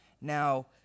Now